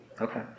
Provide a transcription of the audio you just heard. Okay